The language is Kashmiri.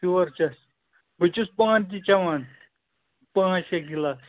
پیوٚر چس بہٕ چھُس پانہٕ تہِ چیوان پانژھ شےٚ گِلاس